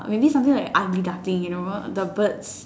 maybe something like an ugly duckling you know the birds